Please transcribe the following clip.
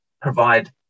provide